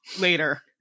Later